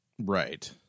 right